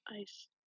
ice